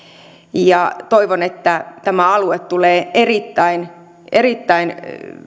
ja toivon että tämä alue tulee erittäin erittäin